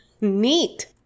Neat